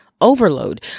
overload